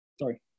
Sorry